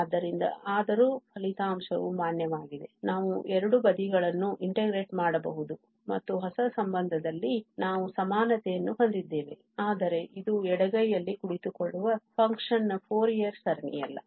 ಆದ್ದರಿಂದ ಆದರೂ ಫಲಿತಾಂಶವು ಮಾನ್ಯವಾಗಿದೆ ನಾವು ಎರಡೂ ಬದಿಗಳನ್ನು integrate ಮಾಡಬಹುದು ಮತ್ತು ಹೊಸ ಸಂಬಂಧದಲ್ಲಿ ನಾವು ಸಮಾನತೆಯನ್ನು ಹೊಂದಿದ್ದೇವೆ ಆದರೆ ಇದು ಎಡಗೈಯಲ್ಲಿ ಕುಳಿತುಕೊಳ್ಳುವ function ನ ಫೋರಿಯರ್ ಸರಣಿಯಲ್ಲ